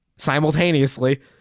simultaneously